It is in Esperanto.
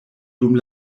dum